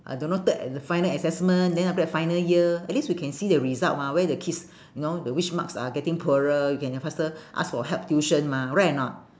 I don't know third and the final assessment then after that final year at least we can see the result mah where the kids you know the which marks are getting poorer you can faster ask for help tuition mah right or not